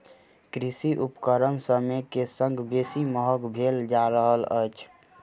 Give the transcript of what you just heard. कृषि उपकरण समय के संग बेसी महग भेल जा रहल अछि